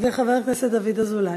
וחבר הכנסת דוד אזולאי.